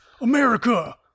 America